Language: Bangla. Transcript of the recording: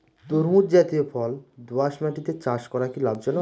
তরমুজ জাতিয় ফল দোঁয়াশ মাটিতে চাষ করা কি লাভজনক?